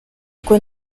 kuko